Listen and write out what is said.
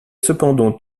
cependant